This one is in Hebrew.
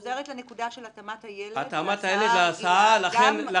את חוזרת לנקודה של התאמת הילד להסעה הרגילה.